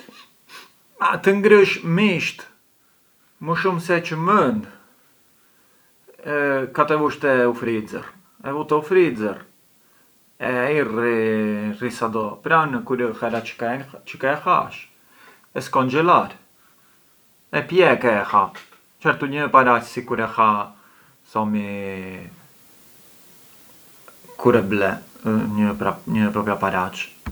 Të ngrësh misht më shum se çë mënd, ka t’e vush te u freezer, e vu te u freezer e ai rri sa do, pran kur ë hera çë ka e hash e skonxhelar, e pjek e e ha, çertu ngë ë paraç si kur e ha… thomi kur e ble, ngë ë propriu paraç.